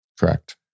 Correct